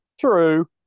True